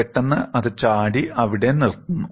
പെട്ടെന്ന് അത് ചാടി അവിടെ നിർത്തുന്നു